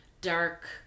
dark